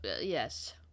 Yes